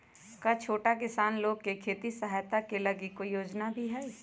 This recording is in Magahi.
का छोटा किसान लोग के खेती सहायता के लगी कोई योजना भी हई?